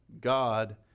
God